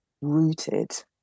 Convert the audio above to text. rooted